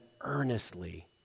earnestly